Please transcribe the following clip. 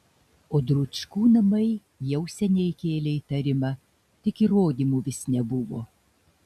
o dručkų namai jau seniai kėlė įtarimą tik įrodymų vis nebuvo